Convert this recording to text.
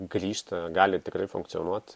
grįžta gali tikrai funkcionuot